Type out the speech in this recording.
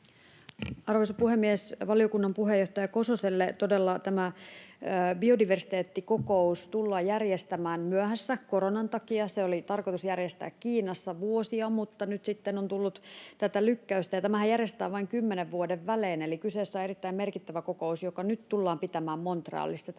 Arvoisa puhemies! Valiokunnan puheenjohtaja Kososelle: Todella tämä biodiversiteettikokous tullaan järjestämään myöhässä koronan takia. Se oli tarkoitus järjestää Kiinassa vuosia sitten, mutta nyt sitten on tullut tätä lykkäystä. Tämähän järjestetään vain kymmenen vuoden välein, eli kyseessä on erittäin merkittävä kokous, joka nyt tullaan pitämään Montrealissa